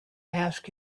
ask